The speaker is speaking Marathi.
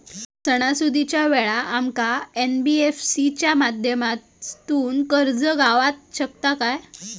सणासुदीच्या वेळा आमका एन.बी.एफ.सी च्या माध्यमातून कर्ज गावात शकता काय?